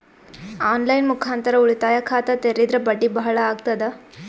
On line ಮುಖಾಂತರ ಉಳಿತಾಯ ಖಾತ ತೇರಿದ್ರ ಬಡ್ಡಿ ಬಹಳ ಅಗತದ?